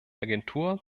agentur